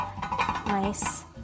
nice